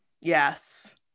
yes